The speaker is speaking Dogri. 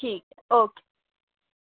ठीक ऐ ओके